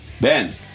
Ben